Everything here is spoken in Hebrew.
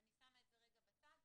אני שמה את זה רגע בצד.